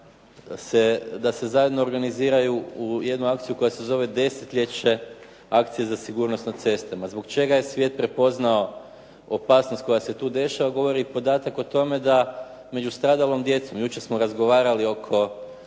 da se zajedno organiziraju u jednu akciju koja se zove Desetljeće-akcija za sigurnost na cestama. Zbog čega je svijet prepoznao opasnost koja se tu dešava govori i podatak o tome da među stradalom djecom, jučer smo razgovarali oko